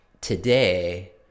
today